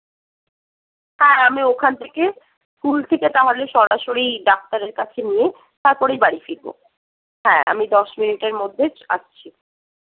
হ্যাঁ আমি ওখান থেকে স্কুল থেকে তাহলে সরাসরি ডাক্তারের কাছে নিয়ে তারপরেই বাড়ি ফিরবো হ্যাঁ আমি দশ মিনিটের মধ্যে আসছি